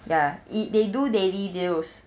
ya it they do daily deals